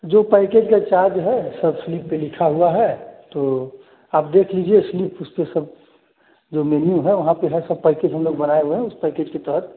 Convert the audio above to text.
जो पैकेज का चार्ज है सब स्लिप पर लिखा हुआ है तो आप देख लीजिए स्लिप उस पर सब जो मेनू है वहाँ पर हर सब पैकेज हम लोग बनाए हुए हैं उस पैकेज के तहत